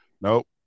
Nope